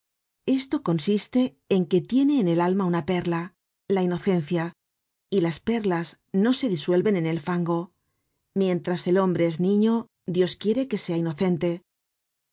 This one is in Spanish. esto consiste en que tiene en el alma una perla la inocencia y las perlas no se disuelven en el fango mientras el hombrees niño dios quiere que sea inocente